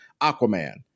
Aquaman